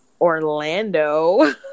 orlando